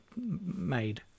made